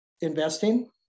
investing